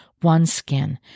OneSkin